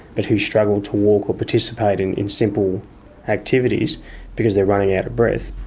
but who struggle to walk or participate in in simple activities because they're running out of breath,